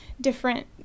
different